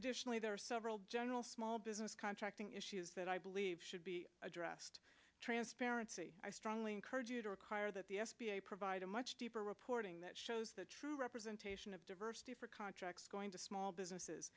additionally there are several general small business contracting issues that i believe should be addressed transparency i strongly encourage you to require that the s b a provide a much deeper reporting that shows the true representation of diversity for contracts going to small businesses